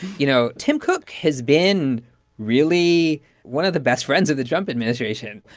you know, tim cook has been really one of the best friends of the trump administration.